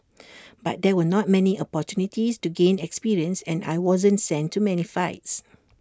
but there were not many opportunities to gain experience and I wasn't sent to many fights